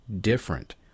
different